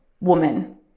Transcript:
woman